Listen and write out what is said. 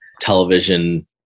television